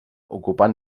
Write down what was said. ocupant